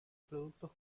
productos